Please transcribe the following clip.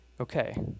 Okay